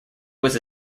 was